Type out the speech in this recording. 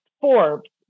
Forbes